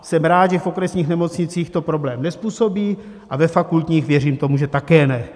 Jsem rád, že v okresních nemocnicích to problém nezpůsobí, a ve fakultních věřím tomu, že také ne.